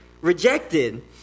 rejected